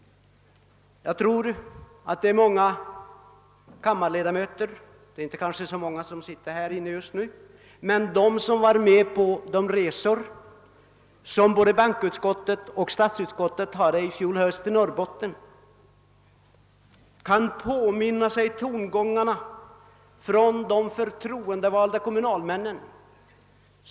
Jag tror att många kammarledamöter bland dem som deltog i bankoutskottets och statsutskottets resor i fjol höst till Norrbotten påminner sig att man mötte sådana tongångar hos de förtroendevalda kommunalmännen.